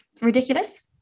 Ridiculous